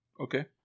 Okay